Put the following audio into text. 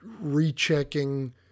rechecking